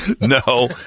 No